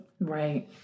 Right